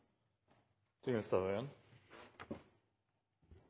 Tingelstad Wøien